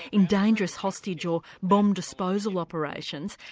in dangerous hostage or bomb disposal operations,